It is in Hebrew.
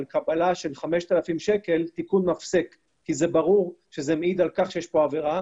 קבלה של 5,000 שקלים תיקון מפסק כי זה ברור שזה מעיד על כך שיש כאן עבירה